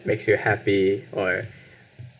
makes you happy or